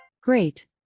Great